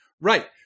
Right